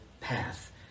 path